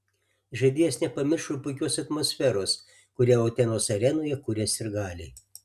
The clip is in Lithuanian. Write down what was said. žaidėjas nepamiršo ir puikios atmosferos kurią utenos arenoje kuria sirgaliai